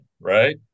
right